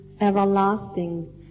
everlasting